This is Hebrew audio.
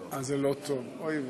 אז זה לא טוב, אוי ואבוי.